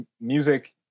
music